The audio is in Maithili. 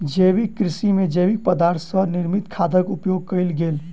जैविक कृषि में जैविक पदार्थ सॅ निर्मित खादक उपयोग कयल गेल